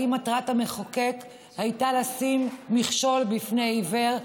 האם מטרת המחוקק הייתה לשים מכשול בפני עיוור?